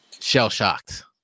shell-shocked